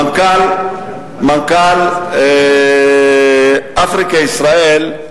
מנכ"ל "אפריקה ישראל"